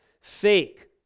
fake